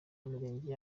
mirenge